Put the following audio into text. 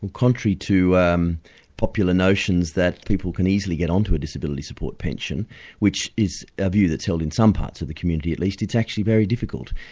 to um popular notions that people can easily get on to a disability support pension which is a view that's held in some parts of the community at least it's actually very difficult.